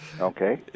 Okay